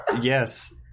Yes